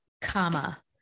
comma